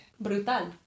Brutal